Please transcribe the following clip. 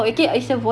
excursion ah